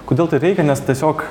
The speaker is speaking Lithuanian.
kodėl tai reikia nes tiesiog